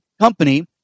company